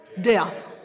Death